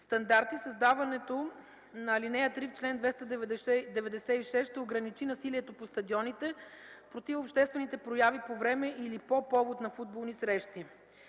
стандарти. Създаването на ал. 3 в чл. 296 ще ограничи насилието по стадионите, противообществените прояви по време или по повод на футболни срещи.